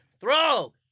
Throw